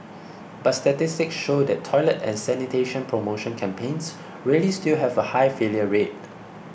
but statistics show that toilet and sanitation promotion campaigns really still have a high failure rate